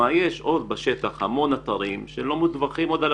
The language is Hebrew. יש בשטח עוד המון אתרים שאינם מדווחים.